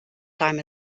time